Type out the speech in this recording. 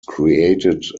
created